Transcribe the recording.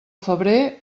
febrer